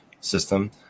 system